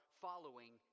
following